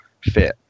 fit